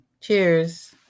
Cheers